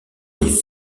les